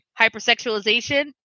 hypersexualization